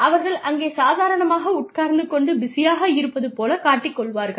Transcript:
அவர்கள் அங்கே சாதாரணமாக உட்கார்ந்து கொண்டு பிஸியாக இருப்பது போல காட்டிக் கொள்வார்கள்